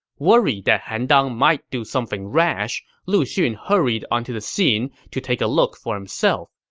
worried that han dang might do something rash, lu xun hurried onto the scene to take a look for himself.